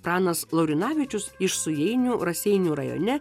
pranas laurinavičius iš sujeinių raseinių rajone